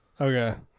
Okay